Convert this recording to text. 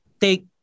take